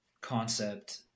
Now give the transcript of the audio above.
concept